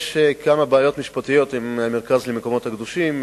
יש כמה בעיות משפטיות עם המרכז למקומות הקדושים.